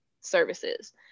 services